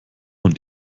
und